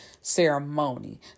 ceremony